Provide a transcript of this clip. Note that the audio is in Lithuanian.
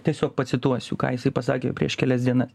tiesiog pacituosiu ką jisai pasakė prieš kelias dienas